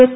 S